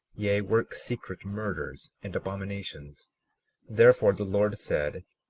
yea, work secret murders and abominations therefore the lord said,